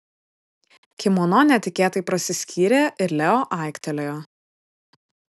kimono netikėtai prasiskyrė ir leo aiktelėjo